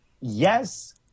yes